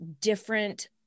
different